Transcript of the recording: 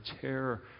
terror